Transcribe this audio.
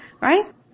right